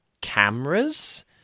cameras